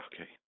okay